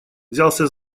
взялся